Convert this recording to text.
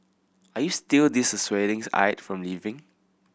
are you still dissuadings Aide from leaving